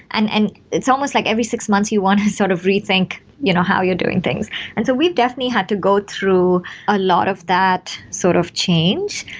and and it's almost like every six months you want to sort of rethink you know how you're doing things and so we've definitely had to go through a lot of that sort of change.